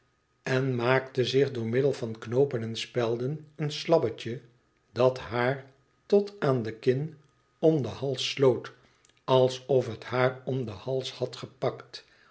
en maakte zich door middel van knoopen en spelden een slabbetje dat haar tot aan de kin om den hals sloot alsof het haar om den hals had gepakt